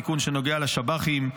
תיקון שנוגע לשב"חים.